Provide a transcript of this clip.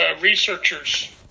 researchers